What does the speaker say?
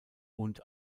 und